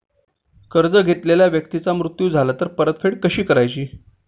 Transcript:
कर्ज घेतलेल्या व्यक्तीचा मृत्यू झाला तर परतफेड कशी करायची?